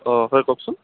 অঁ হয় কওকচোন